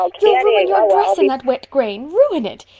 you'll ruin your dress in that wet grain. ruin it.